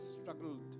struggled